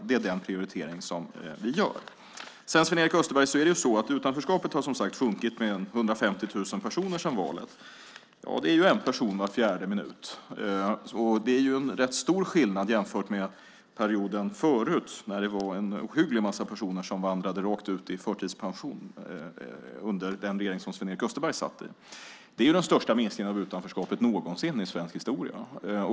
Det är den komplettering vi gör. Utanförskapet har minskat med 150 000 personer sedan valet, Sven-Erik Österberg. Det är en person var fjärde minut. Det är rätt stor skillnad mot förut under den regering som Sven-Erik Österberg satt i när det var en ohygglig massa personer som hamnade rakt ut i förtidspension. Det är för det första den största minskningen av utanförskapet någonsin i svensk historia.